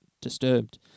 disturbed